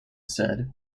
said